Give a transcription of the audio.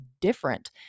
different